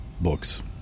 books